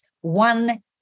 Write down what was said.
one